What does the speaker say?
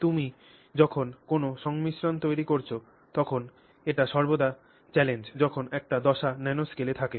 এবং তুমি যখন কোনও সংমিশ্রণ তৈরি করছ তখন এটি সর্বদা চ্যালেঞ্জ যখন একটি দশা ন্যানোস্কেলে থাকে